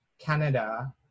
canada